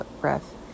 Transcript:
breath